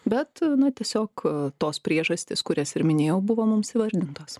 bet na tiesiog tos priežastys kurias ir minėjau buvo mums įvardintos